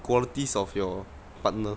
qualities of your partner